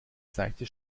seichte